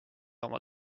oma